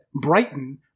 Brighton